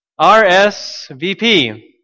RSVP